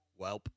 welp